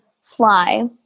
fly